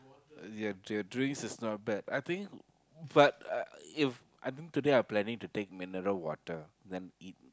ya the drinks is not bad I think but I If I think today I'm planning to take mineral water then eat